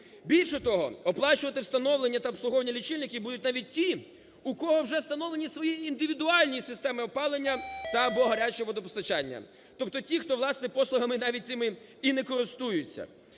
Більше того, оплачувати встановлення та обслуговування лічильників будуть навіть ті, у кого вже встановлені свої індивідуальні системи опалення та (або) гаряче водопостачання, тобто, ті хто, власне, послугами навіть цими і не користується.